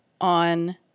on